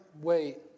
wait